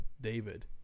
David